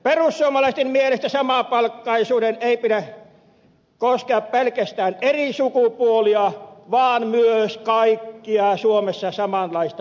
perussuomalaisten mielestä samapalkkaisuuden ei pidä koskea pelkästään eri sukupuolia vaan myös kaikkia suomessa samanlaista työtä tekeviä